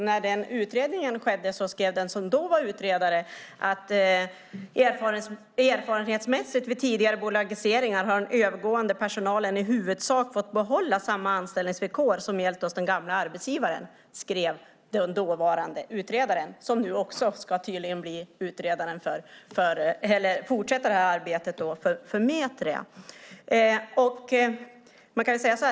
När den utredningen gjordes skrev den som då var utredare: Erfarenhetsmässigt vid tidigare bolagiseringar har den övergående personalen i huvudsak fått behålla samma anställningsvillkor som gällt hos den gamla arbetsgivaren. Det skrev den dåvarande utredaren, som nu tydligen också ska fortsätta arbetet när det gäller Metria.